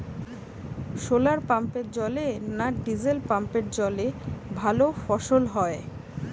শোলার পাম্পের জলে না ডিজেল পাম্পের জলে ভালো ফসল হয়?